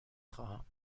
خواهم